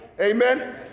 Amen